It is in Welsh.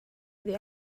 iddi